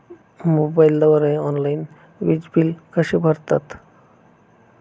मोबाईलद्वारे ऑनलाईन वीज बिल कसे भरतात?